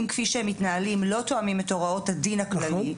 כפי שהם מתנהלים לא תואמים את הוראות הדין הכללי.